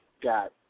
got